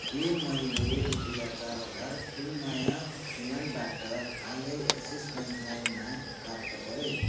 के मैले रुपियाँ चार हजार फुलमाया फुँयालबाट हालै एक्सिस ब्याङ्क लाइममा प्राप्त गरेँ